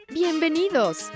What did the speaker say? Bienvenidos